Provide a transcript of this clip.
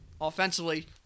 Offensively